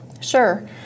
Sure